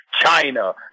China